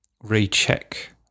recheck